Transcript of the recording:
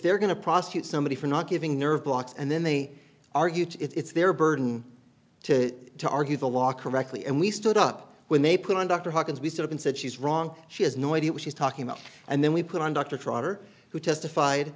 they're going to prosecute somebody for not giving nerve blocks and then they argue it's their burden to to argue the law correctly and we stood up when they put on dr hawkins we stood up and said she's wrong she has no idea what she's talking about and then we put on dr trotter who testified